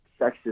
sexist